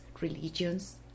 religions